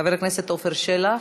חבר הכנסת עפר שלח.